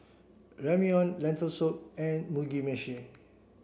Ramyeon Lentil soup and Mugi meshi